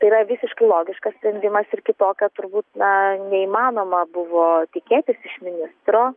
tai yra visiškai logiškas sprendimas ir kitokio turbūt na neįmanoma buvo tikėtis iš ministro